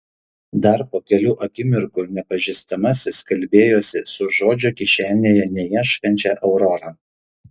dar po kelių akimirkų nepažįstamasis kalbėjosi su žodžio kišenėje neieškančia aurora